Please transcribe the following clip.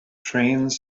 trains